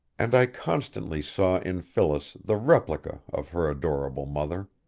and i constantly saw in phyllis the replica of her adorable mother.